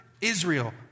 Israel